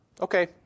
Okay